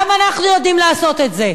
גם אנחנו יודעים לעשות את זה.